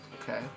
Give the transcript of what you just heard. Okay